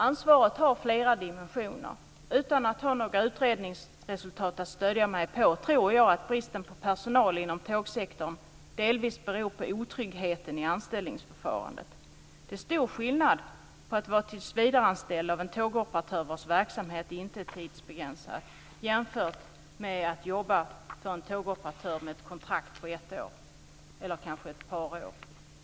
Ansvaret har flera dimensioner. Utan att ha några utredningsresultat att stödja mig på tror jag ändå att bristen på personal inom tågsektorn delvis beror på otryggheten i anställningsförfarandet. Det är stor skillnad mellan att vara tillsvidareanställd av en tågoperatör vars verksamhet inte är tidsbegränsad och att jobba hos en tågoperatör med kontrakt på ett eller kanske ett par år.